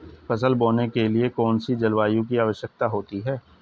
फसल बोने के लिए कौन सी जलवायु की आवश्यकता होती है?